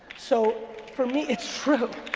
so, for me, it's true.